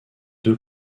deux